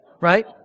right